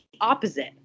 opposite